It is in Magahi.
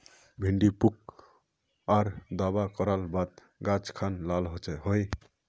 भिन्डी पुक आर दावा करार बात गाज खान लाल होए?